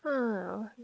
uh